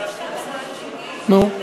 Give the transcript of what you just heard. נו.